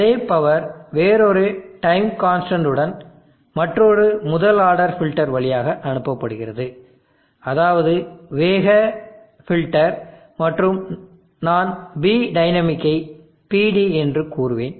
அதே பவர் வேறொரு time constant உடன் மற்றொரு முதல் ஆர்டர் ஃபில்டர் வழியாக அனுப்பப்படுகிறது அதாவது வேக ஃபில்டர் மற்றும் நான் P டைனமிக்கை PD என்று கூறுவேன்